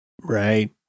Right